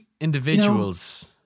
Individuals